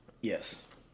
Yes